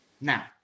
Now